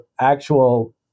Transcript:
actual